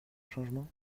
changement